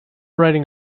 writing